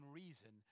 reason